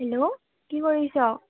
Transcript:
hello কি কৰিছ